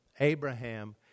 Abraham